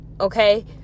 okay